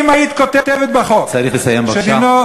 אם היית כותבת בחוק, צריך לסיים, בבקשה.